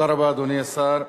אדוני השר,